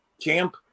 Champ